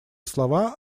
слова